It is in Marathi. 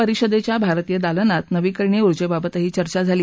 परिषदेच्या भारतीय दालनात नवीकरणीय ऊर्जेबाबतही चर्चा झाली